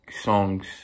songs